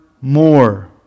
more